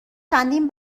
چندین